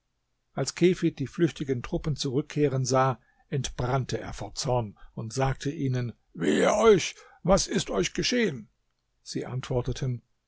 als kefid die flüchtigen truppen zurückkehren sah entbrannte er vor zorn und sagte ihnen wehe euch was ist euch geschehen sie antworteten